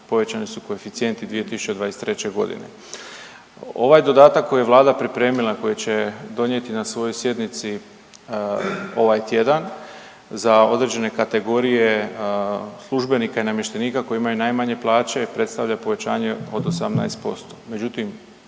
povećani su koeficijenti 2023. g. Ovaj dodatak koji je Vlada pripremila i koji će donijeti na svojoj sjednici ovaj tjedan za određene kategorije službenika i namještenika koji imaju najmanje plaće, predstavlja povećanje od 18%, međutim,